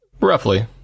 Roughly